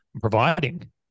providing